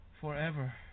forever